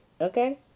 okay